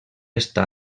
està